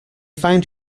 find